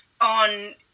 on